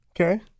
Okay